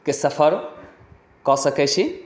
के सफर कऽ सकै छी